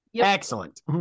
Excellent